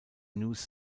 news